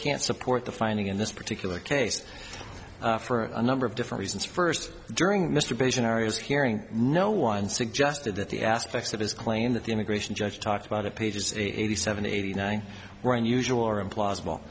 can't support the finding in this particular case for a number of different reasons first during mr beijing arias hearing no one suggested that the aspects of his claim that the immigration judge talked about at pages eighty seven eighty nine were unusual or implausible